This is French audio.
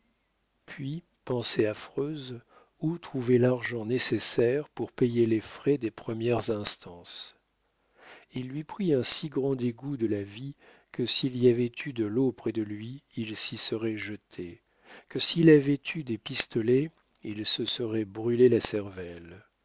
puis pensée affreuse où trouver l'argent nécessaire pour payer les frais des premières instances il lui prit un si grand dégoût de la vie que s'il y avait eu de l'eau près de lui il s'y serait jeté que s'il avait eu des pistolets il se serait brûlé la cervelle